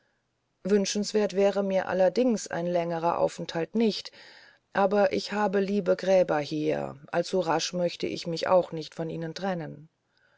wünschenswert wäre mir allerdings ein längerer aufenthalt nicht aber ich habe liebe gräber hier allzu rasch möchte ich mich auch nicht von ihnen trennen